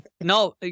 No